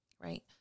Right